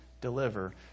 deliver